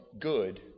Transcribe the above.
good